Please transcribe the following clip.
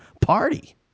party